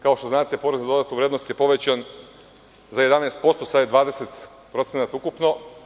Kao što znate, porez na dodatu vrednost je povećan za 11%, sada je 20% ukupno.